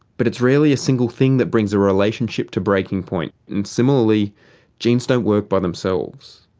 but it's rarely a single thing that brings a relationship to breaking point, and similarly genes don't work by themselves,